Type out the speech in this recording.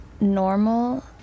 normal